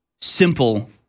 simple